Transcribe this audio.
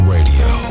Radio